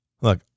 Look